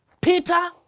Peter